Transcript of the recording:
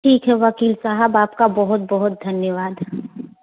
ठीक है वकील साहब आपका बहुत बहुत धन्यवाद